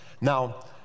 Now